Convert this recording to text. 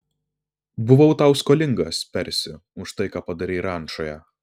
buvau tau skolingas persi už tai ką padarei rančoje